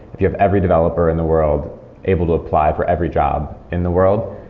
if you have every developer in the world able to apply for every job in the world,